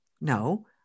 No